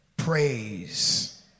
praise